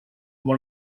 one